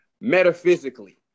metaphysically